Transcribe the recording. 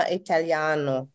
italiano